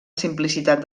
simplicitat